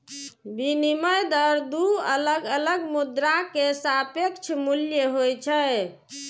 विनिमय दर दू अलग अलग मुद्रा के सापेक्ष मूल्य होइ छै